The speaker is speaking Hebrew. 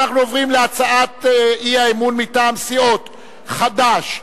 אנחנו עוברים להצעת האי-אמון מטעם סיעות חד"ש,